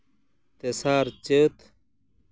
ᱛᱮᱥᱟᱨ ᱪᱟᱹᱛ